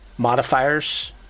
modifiers